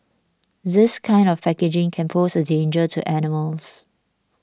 this kind of packaging can pose a danger to animals